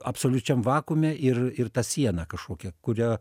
absoliučiam vakuume ir ir ta siena kažkokia kurią